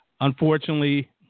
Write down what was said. unfortunately